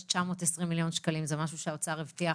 920 מיליון שקלים זה משהו שהאוצר הבטיח